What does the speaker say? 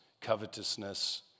covetousness